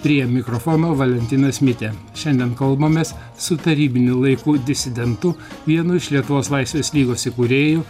prie mikrofono valentinas mitė šiandien kalbamės su tarybinių laikų disidentu vienu iš lietuvos laisvės lygos įkūrėjų